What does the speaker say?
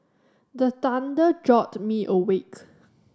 the thunder jolt me awake